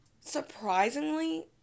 surprisingly